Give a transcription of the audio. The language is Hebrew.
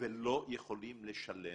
ולא יכולים לשלם